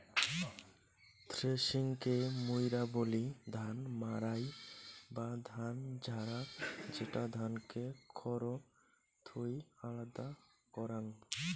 থ্রেশিংকে মুইরা বলি ধান মাড়াই বা ধান ঝাড়া, যেটা ধানকে খড় থুই আলাদা করাং